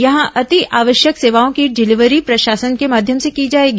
यहां अति आवश्यक सेवाओं की डिलीवरी प्रशासन के माध्यम से की जाएगी